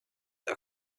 are